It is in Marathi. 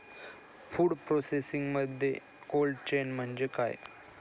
फूड प्रोसेसिंगमध्ये कोल्ड चेन म्हणजे काय?